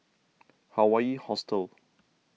Hawaii Hostel